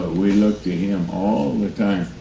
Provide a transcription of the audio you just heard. we look to him all the time.